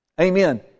Amen